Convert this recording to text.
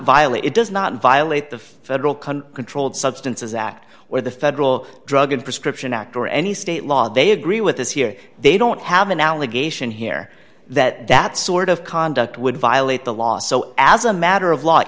violate it does not violate the federal cunt controlled substances act or the federal drug and prescription act or any state law they agree with this here they don't have an allegation here that that sort of conduct would violate the law so as a matter of l